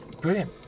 Brilliant